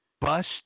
bust